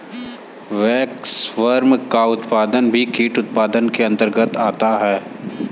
waxworm का उत्पादन भी कीट उत्पादन के अंतर्गत आता है